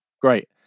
Great